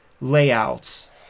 layouts